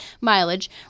mileage